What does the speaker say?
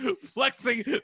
flexing